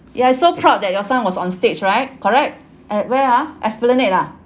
ya so proud that your son was on stage right correct at where ah esplanade ah